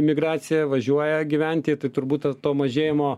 migracija važiuoja gyventi turbūt to mažėjimo